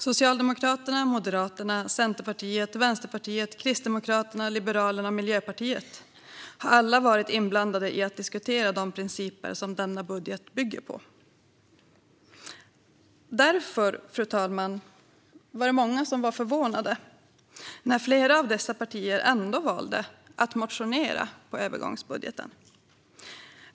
Socialdemokraterna, Moderaterna, Centerpartiet, Vänsterpartiet, Kristdemokraterna, Liberalerna och Miljöpartiet har alla varit inblandade i att diskutera de principer som denna budget bygger på. Därför, fru talman, var det många som blev förvånade när flera av dessa partier ändå valde att motionera på övergångsbudgeten.